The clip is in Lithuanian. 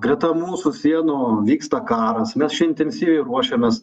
greta mūsų sienų vyksta karas mes čia intensyviai ruošiamės